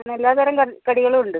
പിന്നെ എല്ലാത്തരം കടി കടികളും ഉണ്ട്